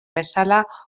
bezala